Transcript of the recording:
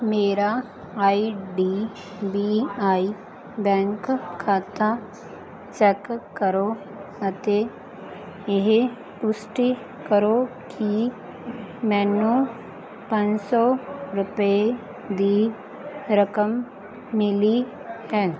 ਮੇਰਾ I D B I bank ਖਾਤਾ check ਕਰੋ ਅਤੇ ਇਹ ਪੁਸ਼ਟੀ ਕਰੋ ਕਿ ਮੈਨੂੰ ਪੰਜ ਸੌ ਰੁਪਏ ਦੀ ਰਕਮ ਮਿਲੀ ਹੈ